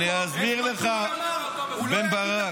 --- אני אסביר לך, בן ברק.